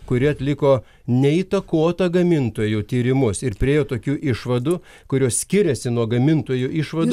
kuri atliko neįtakotą gamintojų tyrimus ir priėjo tokių išvadų kurios skiriasi nuo gamintojo išvadų